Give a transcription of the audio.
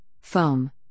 foam